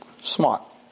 Smart